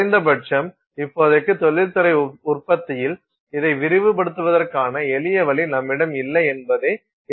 குறைந்தபட்சம் இப்போதைக்கு தொழில்துறை உற்பத்தியில் இதை விரிவுபடுத்துவதற்கான எளிய வழி நம்மிடம் இல்லை என்பதே இதன் முக்கிய குறைபாடாகும்